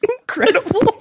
Incredible